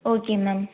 okay ma'am